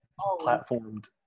platformed